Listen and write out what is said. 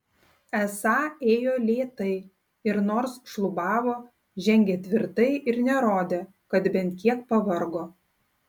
esą ėjo lėtai ir nors šlubavo žengė tvirtai ir nerodė kad bent kiek pavargo